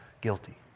guilty